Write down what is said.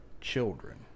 children